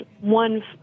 one